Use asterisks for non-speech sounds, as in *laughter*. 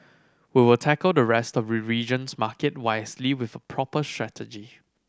we will tackle the rest the *unintelligible* region's market wisely with a proper strategy